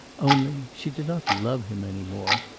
only, she did not love him any more.